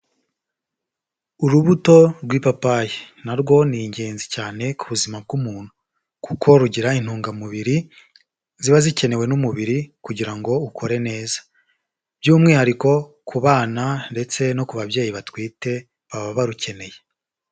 Urubuto rw'ipapayi na rwo ni ingenzi cyane ku buzima bw'umuntu kuko rugira intungamubiri ziba zikenewe n'umubiri kugira ngo ukore neza, by'umwihariko ku bana ndetse no ku babyeyi batwite baba barukeneye.